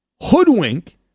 hoodwink